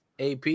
AP